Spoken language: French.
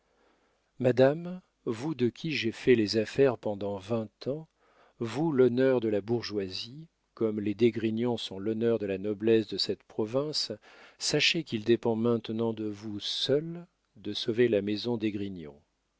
madame vous de qui j'ai fait les affaires pendant vingt ans vous l'honneur de la bourgeoisie comme les d'esgrignon sont l'honneur de la noblesse de cette province sachez qu'il dépend maintenant de vous seule de sauver la maison d'esgrignon